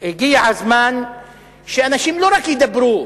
והגיע הזמן שאנשים לא רק ידברו,